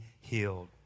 healed